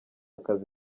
kazi